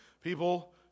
people